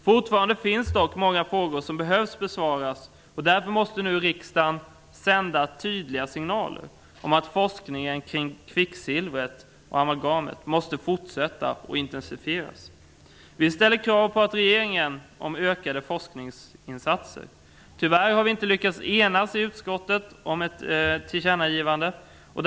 Fortfarande finns dock många frågor som behöver besvaras, och därför måste riksdagen nu sända ut tydliga signaler om att forskningen kring kvicksilvret och amalgamet måste fortsätta och intensifieras. Vi ställer krav på regeringen om ökade forskningsinsatser. Tyvärr har vi inte lyckats enas om ett tillkännagivande i utskottet.